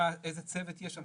וגם איזה צוות יש שם,